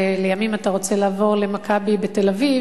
ולימים אתה רוצה לעבור ל"מכבי תל-אביב",